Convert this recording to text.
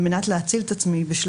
על מנת להציל את עצמי.